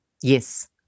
Yes